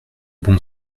bon